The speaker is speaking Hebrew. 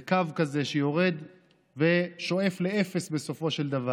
זה קו כזה שיורד ושואף לאפס בסופו של דבר.